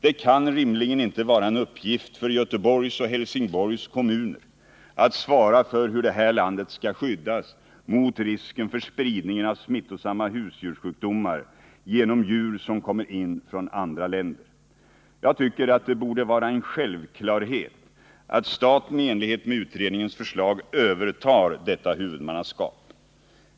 Det kan rimligen inte vara en uppgift för Göteborgs och Helsingborgs kommuner att svara för hur det här landet skall skyddas mot risken för spridning av smittsamma husdjurssjukdomar genom djur som kommer in från andra länder. Det borde vara en självklarhet att staten i enlighet med utredningens förslag övertar detta huvudmannaskap.